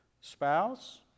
spouse